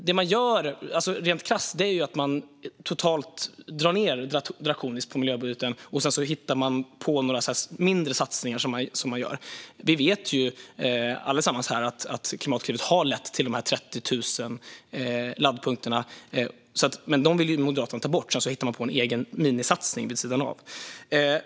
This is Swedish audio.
Det man gör rent krasst är att totalt och drakoniskt dra ned på miljöbudgeten, och sedan hittar man på några mindre satsningar som man gör. Vi vet alla här att Klimatklivet har lett till 30 000 laddpunkter. Dessa vill Moderaterna ta bort, och sedan hittar man på en egen minisatsning vid sidan av.